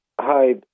Hi